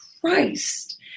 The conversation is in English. Christ